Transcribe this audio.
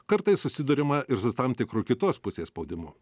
kartais susiduriama ir su tam tikru kitos pusės spaudimu